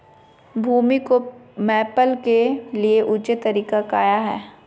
भूमि को मैपल के लिए ऊंचे तरीका काया है?